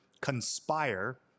conspire